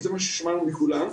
זה מה ששמענו מכולם,